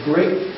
Great